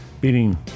beating